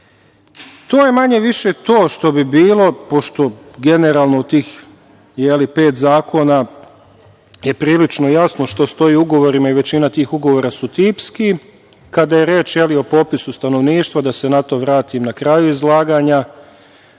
je manje više to što bi bilo, pošto generalno tih, je li, pet zakona je prilično jasno, što stoji u ugovorima i većina tih ugovora su tipski. Kada je reč o popisu stanovništva, da se na to vratim na kraju izlaganja,